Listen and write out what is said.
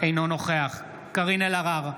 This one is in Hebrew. אינו נוכח קארין אלהרר,